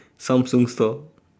samsung store